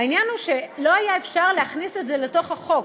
העניין הוא שלא היה אפשר להכניס את זה לתוך החוק.